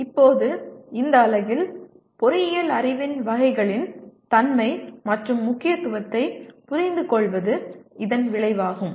இப்போது இந்த அலகில் பொறியியல் அறிவின் வகைகளின் தன்மை மற்றும் முக்கியத்துவத்தைப் புரிந்துகொள்வது இதன் விளைவாகும்